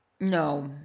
No